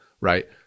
right